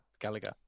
Gallagher